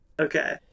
Okay